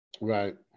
Right